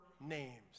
names